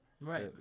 Right